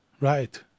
Right